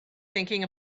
thinking